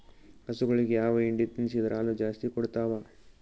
ಹಸುಗಳಿಗೆ ಯಾವ ಹಿಂಡಿ ತಿನ್ಸಿದರ ಹಾಲು ಜಾಸ್ತಿ ಕೊಡತಾವಾ?